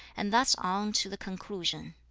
and thus on to the conclusion